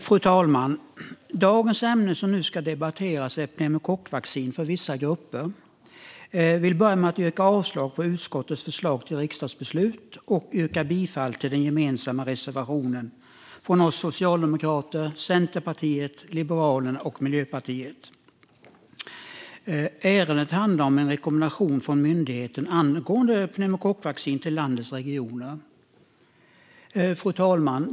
Fru talman! Det ämne som nu ska debatteras är pneumokockvaccin för vissa grupper. Jag vill börja med att yrka avslag på utskottets förslag till riksdagsbeslut och bifall till den gemensamma reservationen från oss socialdemokrater, Centerpartiet, Liberalerna och Miljöpartiet. Ärendet handlar om en rekommendation till landets regioner från myndigheten angående pneumokockvaccin. Fru talman!